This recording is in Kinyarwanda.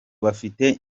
bafite